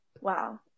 Wow